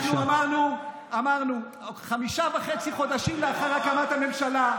אנחנו אמרנו: חמישה וחצי חודשים לאחר הקמת הממשלה,